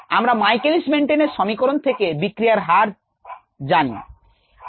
আমরা Michaelis Menten এর সমীকরণ থেকে বিক্রিয়ার হার যানা জায়